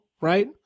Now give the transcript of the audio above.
right